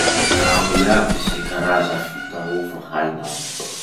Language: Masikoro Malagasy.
Volagno iaby ze karaza fitaova hainao.